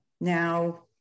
now